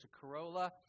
Corolla